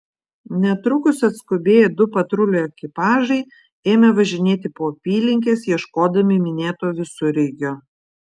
netrukus atskubėję du patrulių ekipažai ėmė važinėti po apylinkes ieškodami minėto visureigio